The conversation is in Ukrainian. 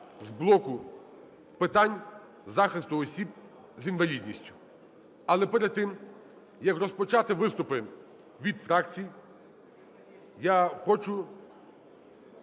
з блоку питань захисту осіб з інвалідністю. Але перед тим, як розпочати виступи від фракцій, я хочу